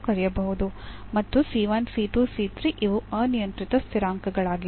ಮತ್ತು ಇವು ಅನಿಯಂತ್ರಿತ ಸ್ಥಿರಾಂಕಗಳಾಗಿವೆ